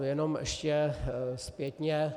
Jenom ještě zpětně.